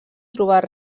trobat